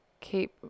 keep